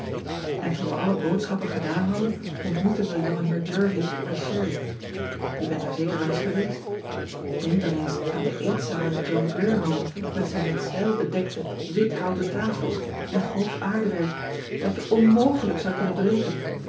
n toen we alle boodschappen gedaan hadden ontmoetten we ongeheer ervie bij herry e bent daar zeker wel eens geweest enk dan eens aan de eetzaal in het ohn rier ome met zijn met zeil bedekte wit houten tafels en grof aardewerk dat je onmogelijk zou kunnen breken